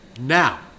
Now